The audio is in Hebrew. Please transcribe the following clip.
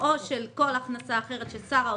"או של כל הכנסה אחרת ששר האוצר,